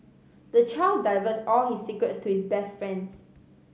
the child divulged all his secrets to his best friends